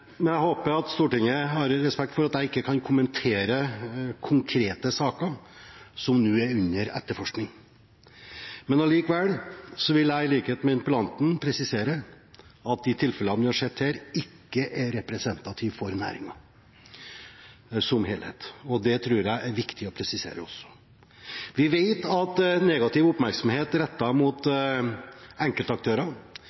Jeg håper at Stortinget har respekt for at jeg ikke kan kommentere konkrete saker som er under etterforskning, men likevel vil jeg i likhet med interpellanten presisere at de tilfellene vi har sett her, ikke er representative for næringen som helhet. Det tror jeg er viktig å presisere. Vi vet at negativ oppmerksomhet rettet mot